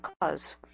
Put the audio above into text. cause